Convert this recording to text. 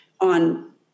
on